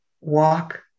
Walk